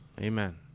Amen